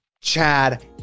Chad